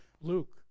Luke